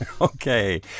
Okay